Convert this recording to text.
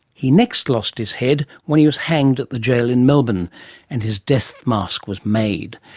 he next lost his head when he was hanged at the jail in melbourne and his death mask was made.